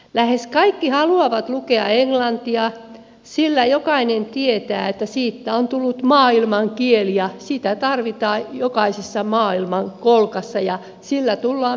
lähes kaikki haluavat lukea englantia sillä jokainen tietää että siitä on tullut maailmankieli ja sitä tarvitaan jokaisessa maailmankolkassa ja sillä tullaan myös toimeen